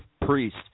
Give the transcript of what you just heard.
priest